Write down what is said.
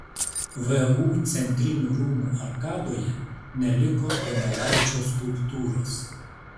vu centrinių rūmų arkadoje neliko donelaičio skulptūros